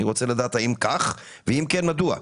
אני רוצה לדעת האם כך, ואם כן, מדוע.